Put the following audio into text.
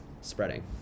spreading